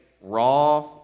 raw